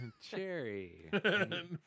Cherry